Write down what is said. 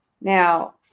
Now